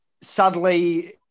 sadly